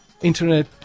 internet